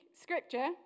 scripture